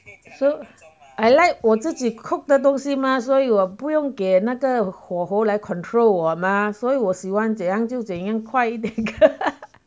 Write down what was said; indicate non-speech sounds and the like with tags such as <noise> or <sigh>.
so I like 我自己 cook 的东西吗所以我不用给那个火候来 control 我吗所以我喜欢怎样就怎样快一点 <laughs>